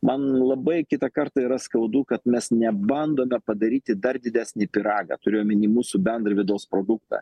man labai kitą kartą yra skaudu kad mes nebandome padaryti dar didesnį pyragą turiu omeny mūsų bendrą vidaus produktą